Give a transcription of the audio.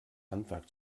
handwerk